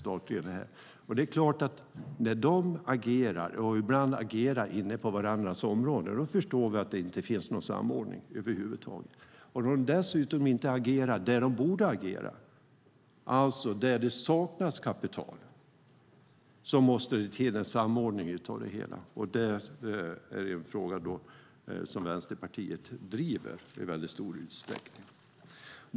När de ibland agerar inne på varandras områden förstår vi att det inte finns någon samordning över huvud taget. När de dessutom inte agerar där de borde agera, där det saknas kapital, måste det till en samordning av det hela. Det är en fråga som Vänsterpartiet driver i stor utsträckning.